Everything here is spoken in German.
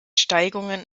steigungen